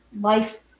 life